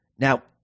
Now